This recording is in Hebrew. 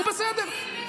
הוא בסדר.